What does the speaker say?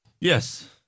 Yes